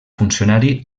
funcionari